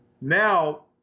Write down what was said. Now